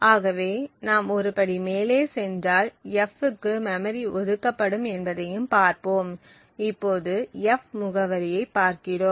ஆகவே நாம் ஒரு படி மேலே சென்றால் f க்கு மெமரி ஒதுக்கப்படும் என்பதையும் பார்ப்போம் இப்போது f முகவரியைப் பார்க்கிறோம்